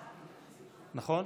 נכון?